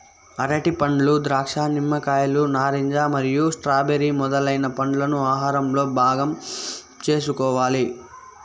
అరటిపండ్లు, ద్రాక్ష, నిమ్మకాయలు, నారింజ మరియు స్ట్రాబెర్రీ మొదలైన పండ్లను ఆహారంలో భాగం చేసుకోవాలి